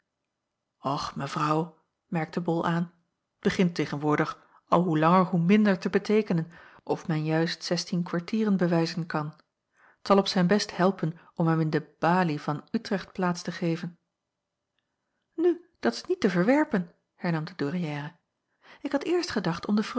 och mevrouw merkte bol aan t begint tegenwoordig al hoe langer hoe minder te beteekenen of men juist zestien kwartieren bewijzen kan t zal op zijn best helpen om hem in de balye van utrecht plaats te geven nu dat is niet te verwerpen hernam de douairière ik had eerst gedacht om de